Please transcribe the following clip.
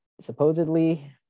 supposedly